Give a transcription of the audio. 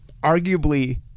arguably